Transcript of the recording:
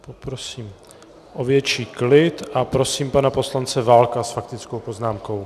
Poprosím o větší klid a prosím pana poslance Válka s faktickou poznámkou.